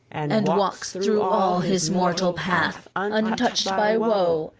and walks thro' all his mortal path untouched by woe,